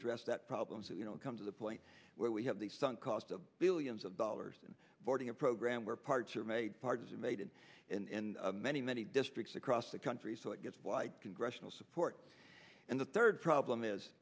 address that problem so you don't come to the point where we have the sunk cost of billions of dollars in voiding a program where parts are made participated in many many districts across the country so it gets like congressional support and the third problem is